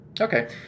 Okay